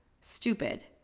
stupid